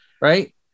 Right